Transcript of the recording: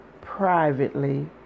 privately